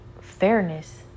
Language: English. fairness